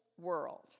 world